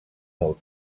molt